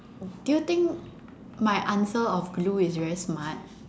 do you think my answer of glue is very smart